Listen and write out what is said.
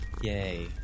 Yay